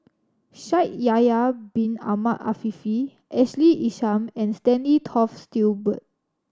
Shaikh Yahya Bin Ahmed Afifi Ashley Isham and Stanley Toft Stewart